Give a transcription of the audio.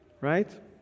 right